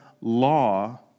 law